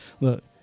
Look